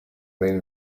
main